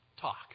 talk